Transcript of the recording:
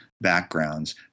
backgrounds